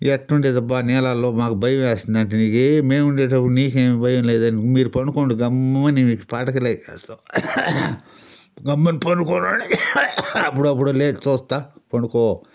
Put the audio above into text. ఎట్టుండేదబ్బా నీళ్ళలో మాకు భయమేస్తుంది అంటే నీకేమి మేముండేటప్పుడు నీకేమి భయం లేదు మీరు పడుకోండి గమ్ముని మీకు పడకలు వేస్తాం గమ్మున పడుకోండి అప్పుడప్పుడు లేచి చూస్తూ పడుకో